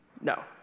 No